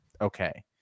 Okay